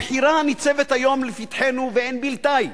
הבחירה הניצבת היום לפתחנו, ואין בלתה,